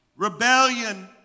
Rebellion